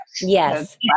Yes